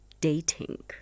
dating